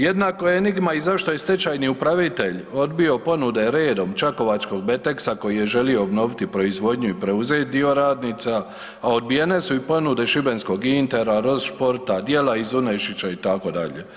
Jednaka je enigma i zašto je stečajni upravitelj odbio ponude redom čakovačkog Betex-a koji je želio obnoviti proizvodnju i preuzeti dio radnica, a odbijene su i ponude šibenskog Intera, Rost športa, Djela iz Unešića itd.